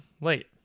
late